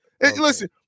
Listen